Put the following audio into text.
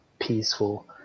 peaceful